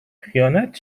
خیانت